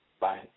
Bye